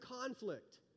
conflict